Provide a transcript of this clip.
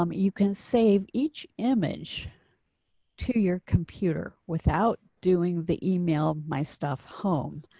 um you can save each image to your computer without doing the email my stuff home.